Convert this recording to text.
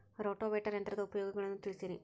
rotavator ಯಂತ್ರದ ಉಪಯೋಗಗಳನ್ನ ತಿಳಿಸಿರಿ